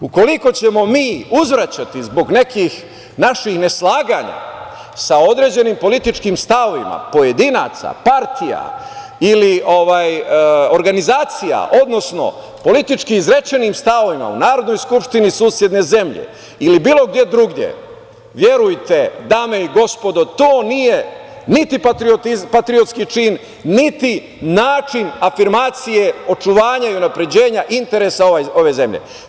Ukoliko ćemo mi uzvraćati zbog nekih naših neslaganja sa određenim političkim stavovima pojedinaca, partija ili organizacija, odnosno politički izrečenim stavovima u Narodnoj skupštini susedne zemlje ili bilo gde drugo, verujte, dame i gospodo, to nije niti patriotski čin, niti način afirmacije očuvanja i unapređenja interesa ove zemlje.